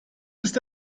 ist